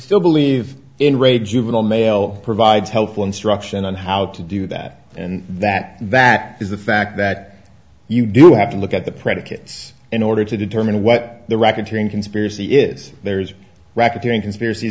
still believe in re juvenile male provides helpful instruction on how to do that and that that is the fact that you do have to look at the predicates in order to determine what the racketeering conspiracy is there is racketeering conspiracy